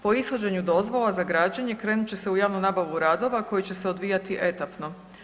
Po ishođenju dozvola za građenje krenut će se u javnu nabavu radova koji će se odvijati etapno.